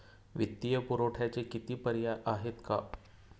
वित्तीय पुरवठ्याचे किती पर्याय आहेत का?